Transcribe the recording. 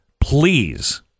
Please